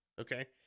Okay